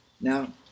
now